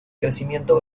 crecimiento